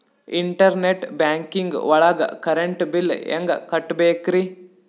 Internet banking ಒಳಗ್ current bill ಹೆಂಗ್ ಕಟ್ಟ್ ಬೇಕ್ರಿ?